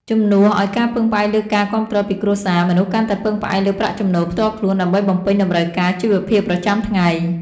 ជំនួសឱ្យការពឹងផ្អែកលើការគាំទ្រពីគ្រួសារ មនុស្សកាន់តែពឹងផ្អែកលើប្រាក់ចំណូលផ្ទាល់ខ្លួនដើម្បីបំពេញតម្រូវការជីវភាពប្រចាំថ្ងៃ។